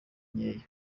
nkeya